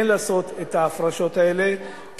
כן לעשות את ההפרשות האלה,